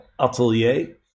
Atelier